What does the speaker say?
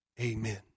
amen